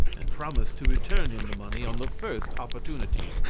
and promised to return him the money on the first opportunity.